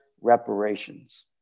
reparations